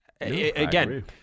Again